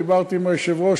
דיברתי עם היושב-ראש,